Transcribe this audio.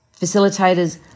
facilitators